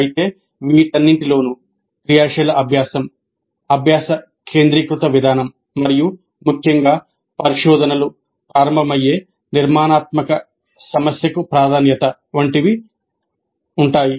అయితే వీటన్నిటిలోనూ క్రియాశీల అభ్యాసం అభ్యాస కేంద్రీకృత విధానం మరియు ముఖ్యంగా పరిశోధనలు ప్రారంభమయ్యే నిర్మాణాత్మక సమస్యకు ప్రాధాన్యత వంటివి ఉంటాయి